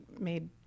made